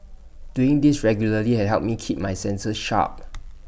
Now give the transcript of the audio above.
doing this regularly has helped me keep my senses sharp